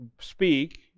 speak